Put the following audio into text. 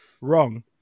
wrong